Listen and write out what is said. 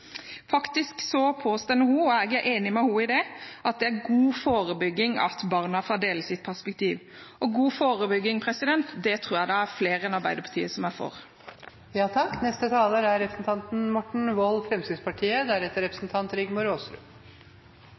Faktisk påstår hun – og jeg er enig med henne i det – at det er god forebygging at barna får dele sitt perspektiv. Og god forebygging – det tror jeg det er flere enn Arbeiderpartiet som er for.